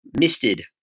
misted